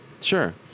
Sure